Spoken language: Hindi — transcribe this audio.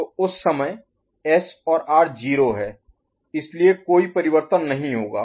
तो उस समय S और R 0 हैं इसलिए कोई परिवर्तन नहीं होगा